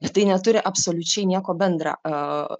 ir tai neturi absoliučiai nieko bendra